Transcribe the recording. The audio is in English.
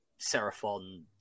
Seraphon